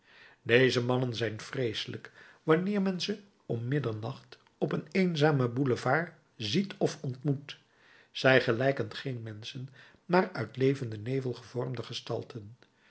deze mannen zijn vreeselijk wanneer men ze om middernacht op een eenzamen boulevard ziet of ontmoet zij gelijken geen menschen maar uit levenden nevel gevormde gestalten